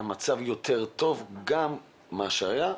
נילי - המצב יותר טוב מכפי שהיה.